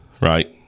Right